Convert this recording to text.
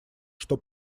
что